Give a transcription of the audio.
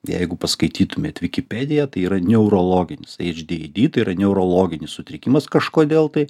jeigu paskaitytumėt wikipedia tai yra neurologinis adhd tai yra neurologinis sutrikimas kažkodėl tai